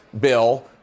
bill